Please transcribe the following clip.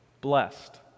blessed